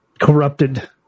corrupted